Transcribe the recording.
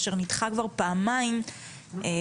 אשר נדחה כבר פעמיים בגלל,